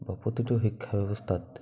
প্ৰতিটো শিক্ষা ব্যৱস্থাত